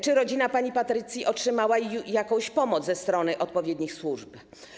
Czy rodzina pani Patrycji otrzymała pomoc ze strony odpowiednich służb?